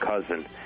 cousin